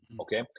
okay